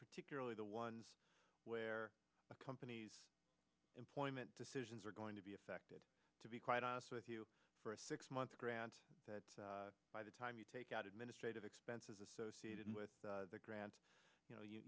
particularly the ones where the companies employment decisions are going to be affected to be quite honest with you for a six month grant that by the time you take out administrative expenses associated with the grant you